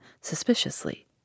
suspiciously